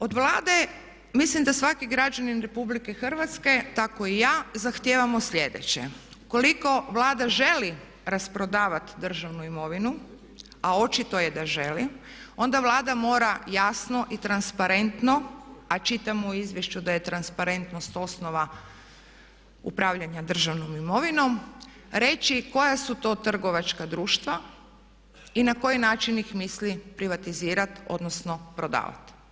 Od Vlade mislim da svaki građanin RH tako i ja zahtijevamo slijedeće: koliko Vlada želi rasprodavati državnu imovinu a očito je da želi, onda Vlada mora jasno i transparentno a čitamo u izvješću da je transparentnost osnova upravljanja državnom imovinom reći koja su to trgovačka društva i na koji način ih misli privatizirat odnosno prodavat?